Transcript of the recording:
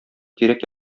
тирәк